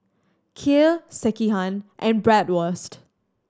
Kheer Sekihan and Bratwurst